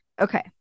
okay